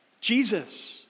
Jesus